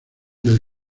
del